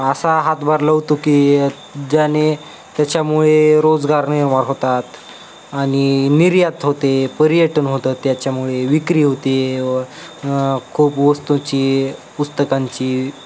असा हातभार लावतो की ज्याने त्याच्यामुळे रोजगार निर्माण होतात आणि निर्यात होते पर्यटन होतं त्याच्यामुळे विक्री होते व खूप वस्तूची पुस्तकांची